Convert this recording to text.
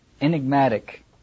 enigmatic